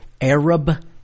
Arab